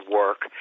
work